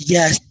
Yes